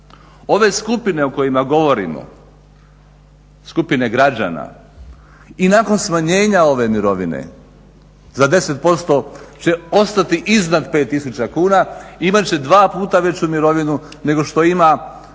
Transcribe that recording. Ove skupine o kojima govorimo, skupine građana i nakon smanjenja ove mirovine za 10% će ostati iznad 5 tisuća kuna, imati će dva puta veću mirovinu nego što je